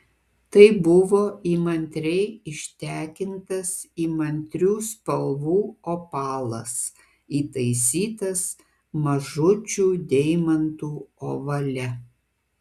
tai buvo įmantriai ištekintas įmantrių spalvų opalas įtaisytas mažučių deimantų ovale